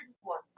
one